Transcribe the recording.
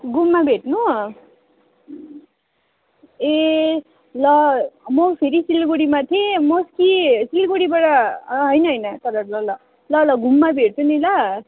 घुममा भेट्नु ए ल म फेरि सिलिगुडीमा थिएँ म सि सिलगढीबाट होइन होइन तर ल ल ल ल घुममा भेट्छु नि ल